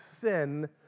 sin